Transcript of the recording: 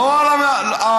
לא על המסתננים.